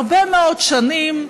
הרבה מאוד שנים,